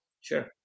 Sure